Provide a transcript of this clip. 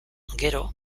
gero